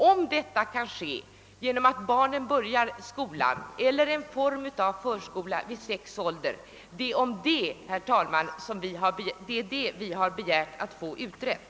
Om detta kan ske genom att barnen börjar i skolan eller i någon form av förskola vid sex års ålder vet vi inte, och det är detta vi har begärt att få utrett.